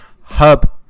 Hub